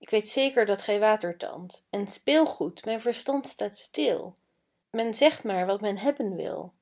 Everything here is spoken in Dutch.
k weet zeker dat gij watertandt en speelgoed mijn verstand staat stil men zegt maar wat men hebben wil